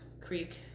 creek